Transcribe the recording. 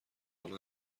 آنها